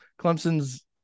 Clemson's